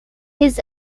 his